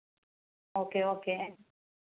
okay okay